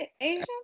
Asian